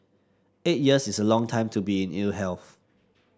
eight years is a long time to be in ill health